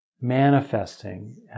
manifesting